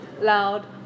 loud